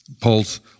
Paul's